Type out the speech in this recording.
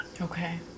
Okay